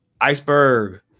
iceberg